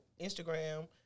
Instagram